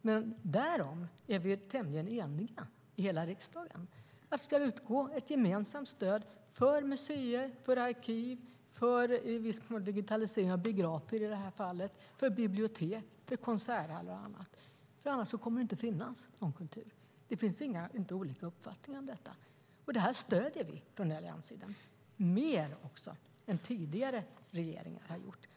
Men vi är tämligen eniga i hela riksdagen om att det ska utgå ett gemensamt stöd för museer, arkiv, digitalisering av biografer i det här fallet, bibliotek, konserthallar och annat - annars kommer det inte att finnas sådan kultur. Det finns inte olika uppfattningar om detta. Detta stöder vi från allianssidan, också mer än tidigare regeringar har gjort.